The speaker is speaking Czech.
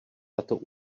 tato